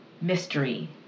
Mystery